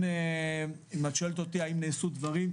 אם את שואלת אותי האם נעשו דברים?